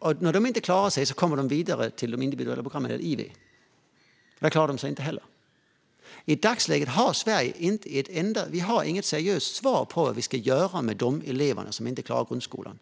Men när de här eleverna inte klarar sig kommer de vidare till de individuella programmen eller IV. Där klarar de sig inte heller. I dagsläget har Sverige inget seriöst svar på hur vi ska göra med de elever som inte klarar grundskolan.